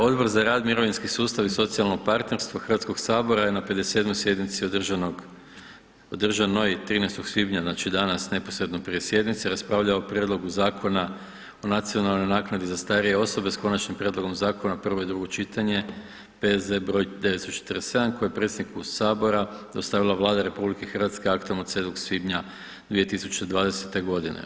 Odbor za rad, mirovinski sustav i socijalno partnerstvo Hrvatskog sabora je na 57. sjednici održanoj 13. svibnja, znači danas, neposredno prije sjednice raspravljao o Prijedlogu Zakona o nacionalnoj naknadi za starije osobe s konačnim prijedlogom zakona, prvo i drugo čitanje, P.Z. br. 947 koji je predsjedniku Sabora dostavila Vlada RH aktom od 7. svibnja 2020. godine.